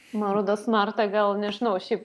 man rodos marta gal nežinau šiaip